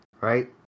right